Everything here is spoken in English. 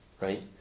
right